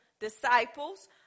Disciples